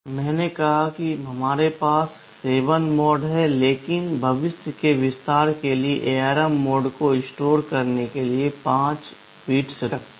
मैंने कहा कि 7 मोड हैं लेकिन भविष्य के विस्तार के साथ ARM मोड को स्टोर करने के लिए 5 बिट्स रखता है